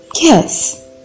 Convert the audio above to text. yes